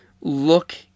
look